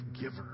giver